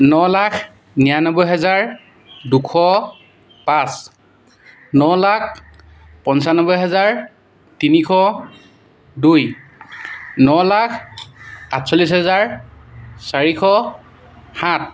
ন লাখ নিৰান্নব্বৈ হেজাৰ দুশ পাঁচ ন লাখ পঁচানব্বৈ হাজাৰ তিনিশ দুই ন লাখ আঠচল্লিছ হাজাৰ চাৰিশ সাত